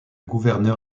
gouverneur